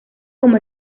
como